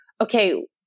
okay